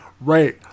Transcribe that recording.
Right